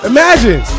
Imagine